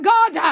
God